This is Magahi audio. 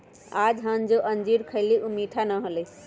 आज हम जो अंजीर खईली ऊ मीठा ना हलय